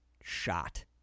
shot